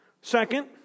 Second